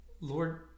Lord